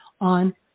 on